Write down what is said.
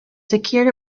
secured